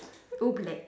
Oobleck